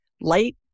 light